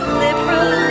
liberal